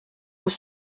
vous